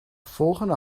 volgende